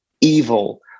evil